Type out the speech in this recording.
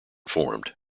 formed